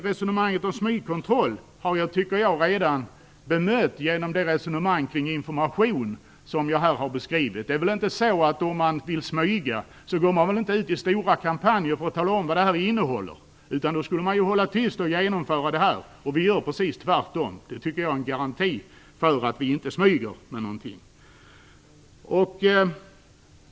Resonemanget om smygkontroll har jag redan bemött i samband med det jag här har sagt om information. Om man vill smyga går man väl inte ut i stora kampanjer och talar om vad det här innehåller? Då skulle man hålla tyst och genomföra det här. Vi gör precis tvärtom. Det tycker jag är en garanti för att vi inte smyger med någonting.